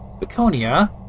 Baconia